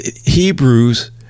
Hebrews